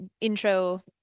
intro